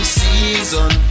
season